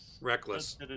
Reckless